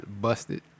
busted